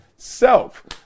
Self